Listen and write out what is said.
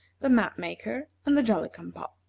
the map-maker, and the jolly-cum-pop.